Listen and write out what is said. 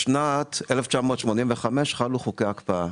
בשנת 1985 חלו חוקי ההקפאה,